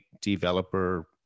developer